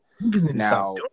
now